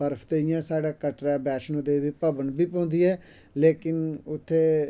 बर्फ ते इयां साढ़ै कटरै बैष्णो देवी भवन बी पौंदी ऐ लेकिन उत्थे